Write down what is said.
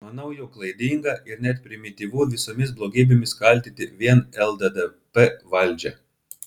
manau jog klaidinga ir net primityvu visomis blogybėmis kaltinti vien lddp valdžią